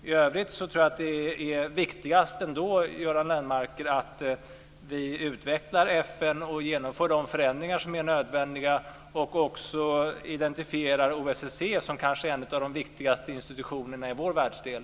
I övrigt tror jag att det ändå är viktigast, Göran Lennmarker, att vi utvecklar FN, genomför de förändringar som är nödvändiga och också identifierar OSSE som kanske en av de viktigaste institutionerna i vår världsdel.